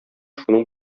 шуның